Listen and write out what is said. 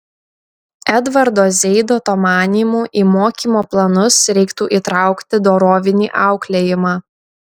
edvardo zeidoto manymu į mokymo planus reiktų įtraukti dorovinį auklėjimą